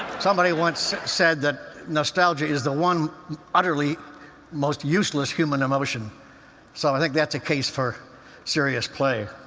somebody once said that nostalgia is the one utterly most useless human emotion so i think that's a case for serious play.